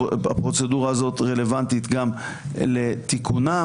הפרוצדורה הזאת רלוונטית גם לתיקונם.